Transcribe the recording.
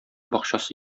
бакчасы